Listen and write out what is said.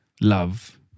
love